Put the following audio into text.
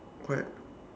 correct